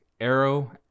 Arrow